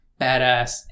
badass